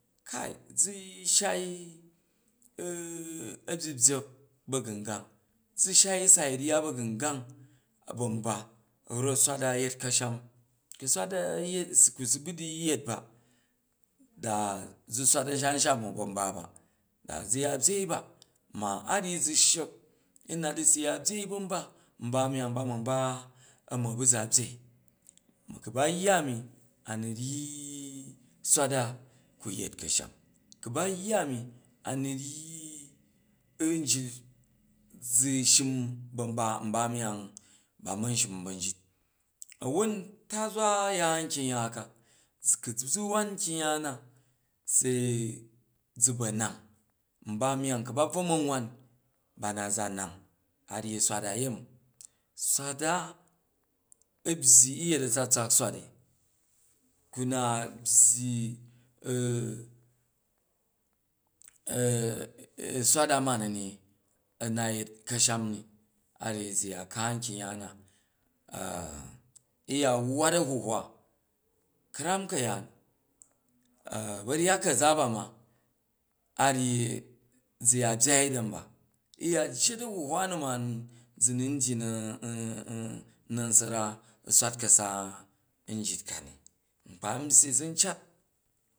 Kai zu shai u̱ a̱byibyak ba̱gungang, zu̱ shai ryya ba̱gungang ban ba rat swat da yet ka̱shani ku̱ swat da yet ku su bu̱ du yet ba ɗa zu swat a̱shansham mu ban ba ba, da zu ya byei ba, ma a ryyi zu sshek u̱ nat u̱ sa ya ɓyei ba̱n ba nba myang ba ma̱n ba a man ba̱ za byei, ma ku ba yya a̱mi a̱nu ryyi swat da ku̱ yet ka̱sham, ku ba yya ami a̱ nu̱ ryyi nyit zu shim ban ba̱ nba myang ba man shim ban jit, a̱won tazwa ya nkyimya ka, zu ku̱ zu wan kyimg ya na sezu̱ ba nang nba myang ka̱ ba bvo ma war ba̱ na za nang a̱ ryyi swat a yemi, swat da yet a̱tsatsak di ku̱ na byyi swat da ma ni ni a na yet kasnami a̱ ryyi za ya ka nkyung yak ga u̱ ya wyat a̱bahwa, ka̱ram ka̱yaan ba̱ryyat ka̱za ba ma a̱ ryyi zu ya gbyai dan ba u̱ ya jjet a̱hahwa nu ma zu nun dyi nasara u̱ swat ka̱sa njit a ni nkpa n byyi zu n cat